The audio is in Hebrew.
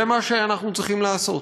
זה מה שאנחנו צריכים לעשות.